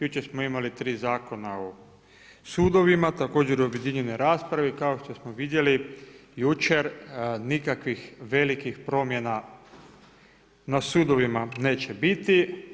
Jučer smo imali tri zakona o sudovima, također u objedinjenoj raspravi kao što smo vidjeli jučer nikakvih velikih promjena na sudovima neće biti.